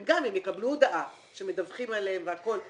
הם גם יקבלו הודעה שמדווחים עליהם והכל,